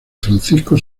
francisco